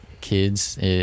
kids